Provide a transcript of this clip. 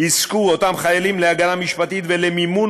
יזכו אותם חיילים להגנה משפטית ולמימון